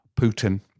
Putin